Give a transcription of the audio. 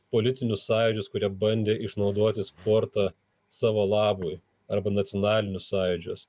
politinius sąjūdžius kurie bandė išnaudoti sportą savo labui arba nacionalinius sąjūdžius